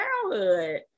childhood